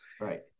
Right